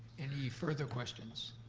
any further questions?